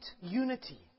unity